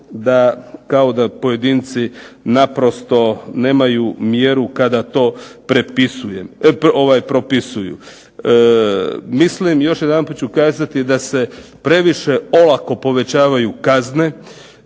kao da pojedinci naprosto nemaju mjeru kada to propisuju. Mislim još jedanput ću kazati da se previše olako povećavaju kazne,